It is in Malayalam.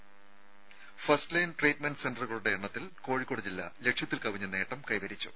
ത ഫസ്റ്റ്ലൈൻ ട്രീറ്റ്മെന്റ് സെന്ററുകളുടെ എണ്ണത്തിൽ കോഴിക്കോട് ജില്ല ലക്ഷ്യത്തിൽ കവിഞ്ഞ നേട്ടം കൈവരിച്ചു